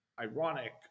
ironic